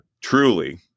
truly